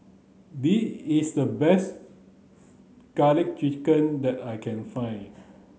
this is the best garlic chicken that I can find